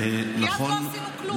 כי אז לא עשינו כלום.